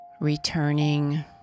returning